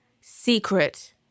secret